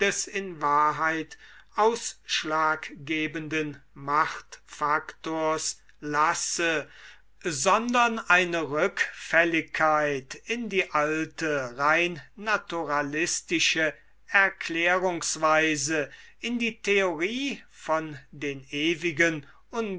in wahrheit ausschlaggebenden machtfaktors lasse sondern eine rückfälligkeit in die alte rein naturalistische erklärungsweise in die theorie von den ewigen